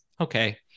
Okay